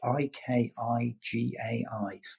I-K-I-G-A-I